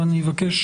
ואני אבקש